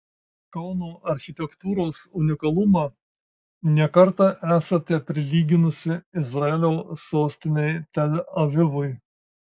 kauno architektūros unikalumą ne kartą esate prilyginusi izraelio sostinei tel avivui